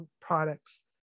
products